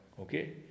Okay